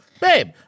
babe